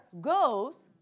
goes